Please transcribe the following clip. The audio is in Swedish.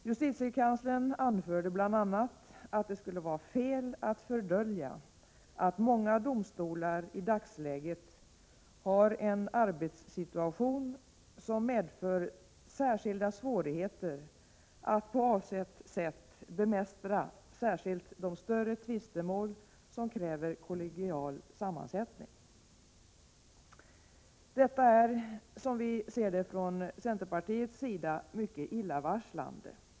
Justitiekanslern anförde bl.a. att det skulle vara fel att dölja att många domstolar i dagsläget har en arbetssituation som medför särskilda svårigheter att på avsett sätt bemästra särskilt de större tvistemål som kräver kollegial sammansättning. Detta är som vi ser det från centerpartiets sida mycket illavarslande.